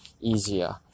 easier